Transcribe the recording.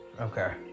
Okay